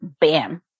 bam